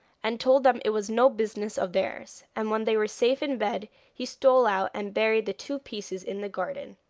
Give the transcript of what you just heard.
and told them it was no business of theirs. and when they were safe in bed he stole out and buried the two pieces in the garden.